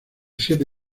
siete